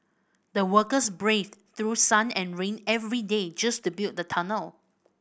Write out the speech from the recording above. the workers braved through sun and rain every day just to build the tunnel